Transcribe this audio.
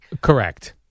correct